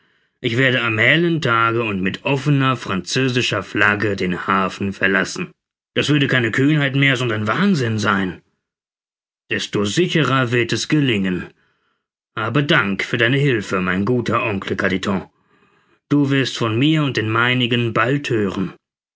ich werde am hellen tage und mit offener französischer flagge den hafen verlassen das würde keine kühnheit mehr sondern wahnsinn sein desto sicherer wird es gelingen habe dank für deine hilfe mein guter oncle carditon du wirst von mir und den meinigen bald hören